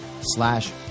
slash